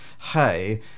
hey